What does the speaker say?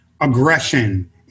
aggression